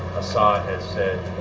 assad has said,